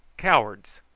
cowards!